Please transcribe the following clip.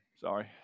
Sorry